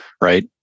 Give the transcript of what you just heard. Right